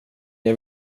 jag